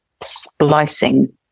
splicing